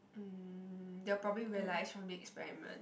um they'll probably realise from the experiment